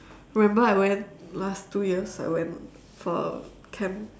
remember I went last two years I went for camp